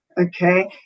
Okay